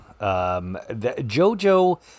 JoJo